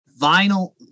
Vinyl